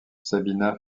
sabina